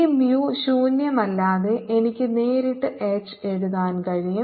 ഈ mu ശൂന്യമല്ലാതെ എനിക്ക് നേരിട്ട് H എഴുതാൻ കഴിയും